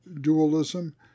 dualism